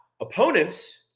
opponents